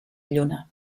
lluna